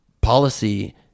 policy